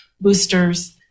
boosters